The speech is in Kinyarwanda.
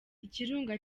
ikirunga